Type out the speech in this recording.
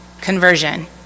conversion